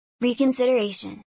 Reconsideration